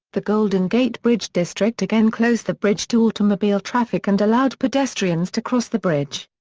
the golden gate bridge district again closed the bridge to automobile traffic and allowed pedestrians to cross the bridge.